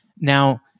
Now